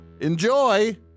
Enjoy